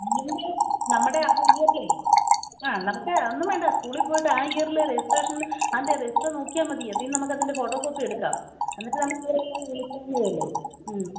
നമ്മുടെ ആ ഇയറിലേ ആ നമ്മള്ക്ക് ഒന്നും വേണ്ട സ്കൂളില് പോയിട്ട് ആ ഇയറിലെ രജിസ്ട്രേഷൻ അതിൻ്റെ രജിസ്റ്റർ നോക്കിയാല് മതി അതില്നിന്നു നമുക്കതിൻ്റെ ഫോട്ടോ കോപ്പി എടുക്കാം എന്നിട്ട് നമ വിളിക്കുകയും ചെയ്യാമല്ലോ